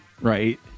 Right